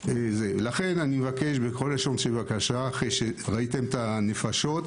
לכן אני מבקש בכל לשון של בקשה אחרי שראיתם את הנפשות,